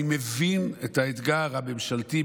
אני מבין את האתגר הממשלתי,